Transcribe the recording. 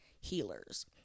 healers